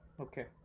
Okay